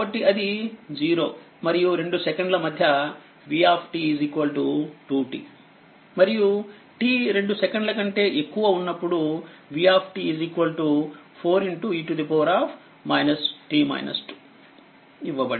కాబట్టిఅది 0 మరియు2 సెకండ్ల మధ్య v2t మరియు t 2 సెకన్ల కంటే ఎక్కువ ఉన్నప్పుడు v 4 e ఇవ్వబడింది